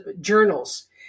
journals